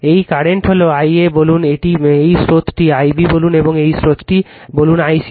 এই কারেন্ট হল Ia বলুন এই স্রোতটি Ib বলুন এবং এই স্রোতটি বলুন i c